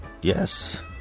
Yes